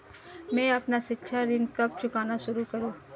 मैं अपना शिक्षा ऋण कब चुकाना शुरू करूँ?